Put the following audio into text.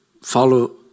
follow